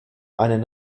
einen